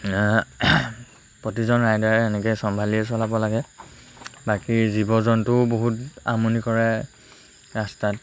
প্ৰতিজন ৰাইডাৰে এনেকৈ চম্ভালিয়ে চলাব লাগে বাকী জীৱ জন্তুও বহুত আমনি কৰে ৰাস্তাত